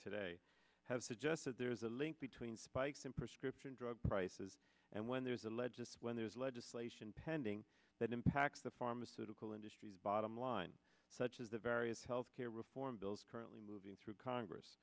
today have suggested there is a link between spikes in prescription drug prices and when there's a legist when there's legislation pending that impacts the pharmaceutical industry's bottom line such as the various health care reform bills currently moving through congress